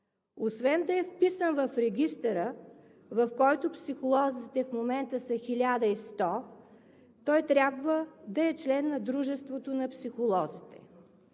Освен да е вписан в регистъра, в който психолозите в момента са 1100, той трябва да е член на Дружеството на психолозите.